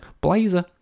blazer